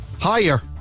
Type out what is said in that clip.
higher